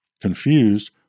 Confused